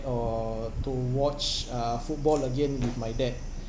or to watch uh football again with my dad